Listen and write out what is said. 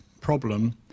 problem